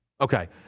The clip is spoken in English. Okay